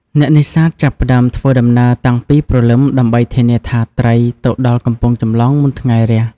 អ្នកនេសាទ ចាប់ផ្តើមធ្វើដំណើរតាំងពីព្រលឹម ដើម្បីធានាថាត្រីទៅដល់កំពង់ចម្លងមុនពេលថ្ងៃរះ។